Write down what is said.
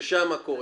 שם מה קורה?